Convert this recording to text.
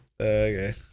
Okay